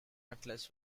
atlas